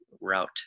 route